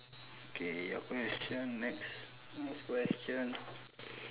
okay your question next next question